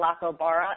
Lacobara